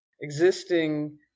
existing